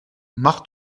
mach